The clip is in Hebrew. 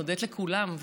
הודית לכולם,